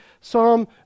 Psalm